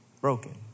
broken